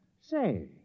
Say